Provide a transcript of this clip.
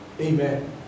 Amen